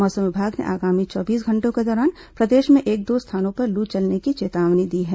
मौसम विभाग ने आगामी चौबीस घंटों के दौरान प्रदेश में एक दो स्थानों पर लू चलने की चेतावनी दी है